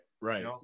right